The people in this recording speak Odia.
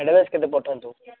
ଆଡ଼ଭାନ୍ସ କେତେ ପଠାନ୍ତୁ